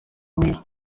mwiza